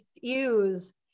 fuse